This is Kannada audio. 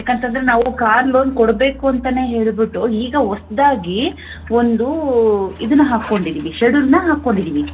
ಏಕಂತಂದರೆ ನಾವು ಕಾರ್ ಲೋನ್ ಕೊಡಬೇಕು ಅಂತನೆ ಹೇಳಿಬಿಟ್ಟು ಈಗ ಹೊಸ್ದಾಗಿ ಒಂದು ಇದನ್ನು ಹಾಕೊಂಡಿದ್ದೀವಿ ಶೆಡ್ಯೂಲನ್ನ ಹಾಕೊಂಡಿದ್ದೀವಿ